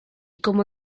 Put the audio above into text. como